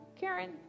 Karen